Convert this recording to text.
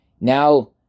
Now